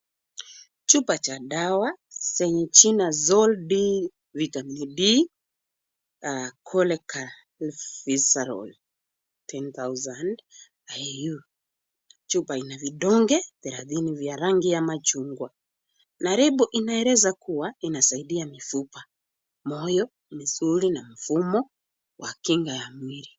Chupa cha dawa zenye jina Sol D Vitamin D cholecalciferol 10000 iu chupa ina vidonge vya dini bye rangi ya chungwa na leble inaelesa kuwa inasaidia mifupa, moyo, misuli na mfumo wa kinga ya mwili.